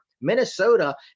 Minnesota